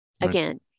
Again